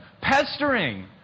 pestering